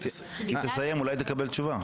היא תסיים, אולי תקבל תשובה.